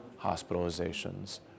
hospitalizations